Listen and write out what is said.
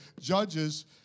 Judges